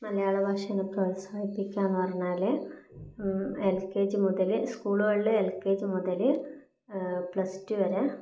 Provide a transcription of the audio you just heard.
മലയാള ഭാഷേനെ പ്രോൽസാഹിപ്പിക്കുക എന്ന് പറഞ്ഞാൽ എൽ കെ ജി മുതൽ സ്കൂളുകളിൽ കെ ജി മുതൽ പ്ലസ് ടു വരെ